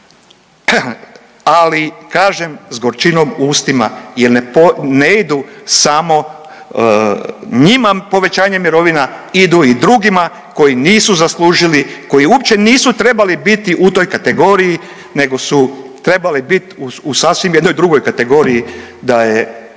ali kažem s gorčinom u ustima jel ne idu samo njima povećanje mirovina, idu i drugima koji nisu zaslužili, koji uopće nisu trebali biti u toj kategoriji nego su trebali bit u sasvim jednoj drugoj kategoriji da je,